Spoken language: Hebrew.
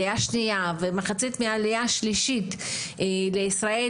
עלייה שנייה ומחצית מהעלייה השלישית לישראל,